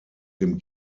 dem